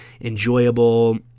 enjoyable